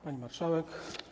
Pani Marszałek!